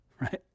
right